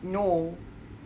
no